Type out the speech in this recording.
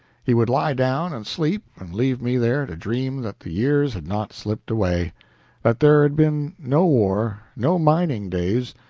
he would lie down and sleep and leave me there to dream that the years had not slipped away that there had been no war, no mining days,